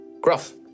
Gruff